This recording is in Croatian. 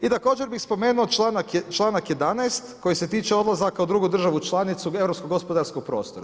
I također bi spomenuo članak 11. koji se tiče odlazaka u drugu državu članicu europskog gospodarskog prostora.